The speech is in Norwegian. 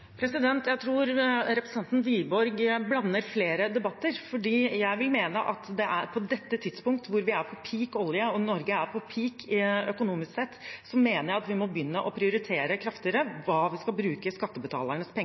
Jeg tror representanten Wiborg blander flere debatter. Jeg vil mene at det er på dette tidspunktet, hvor vi er på «peak» olje og Norge er på «peak» økonomisk sett, at vi må begynne å prioritere kraftigere hva vi skal bruke skattebetalernes penger